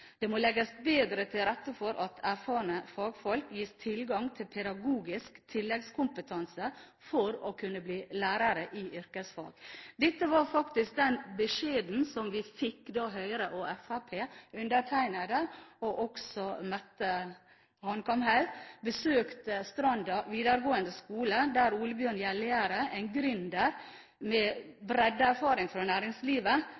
Det må legges bedre til rette for at erfarne fagfolk gis tilgang til pedagogisk tilleggskompetanse for å kunne bli lærere i yrkesfag. Dette var faktisk den beskjeden vi fikk da Høyre og Fremskrittspartiet, ved undertegnede og Mette Hanekamhaug, besøkte Stranda vidaregåande skule, der Ole Bjørn Hjellegjerde, en